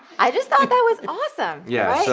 i just thought that was awesome, yeah